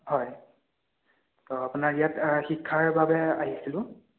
হয় ত' আপোনাৰ ইয়াত শিক্ষাৰ বাবে আহিছিলোঁ